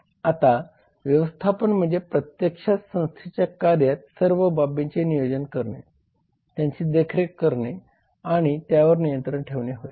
आता व्यवस्थापन म्हणजे प्रत्यक्षात संस्थेच्या कार्यात सर्व बाबींचे नियोजन करणे त्यांची देखरेख करणेआणि त्यावर नियंत्रण ठेवणे होय